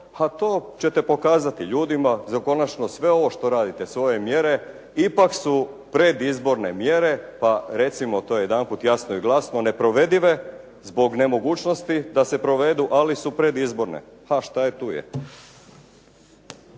ha to ćete pokazati ljudima za konačno sve ovo što radite, sve ove mjere, ipak su predizborne mjere, pa recimo to jedanput glasno i jasno, neprovedive zbog nemogućnosti da se provedu, ali su predizborne. Ha, šta je tu je.